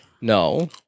No